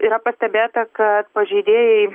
yra pastebėta kad pažeidėjai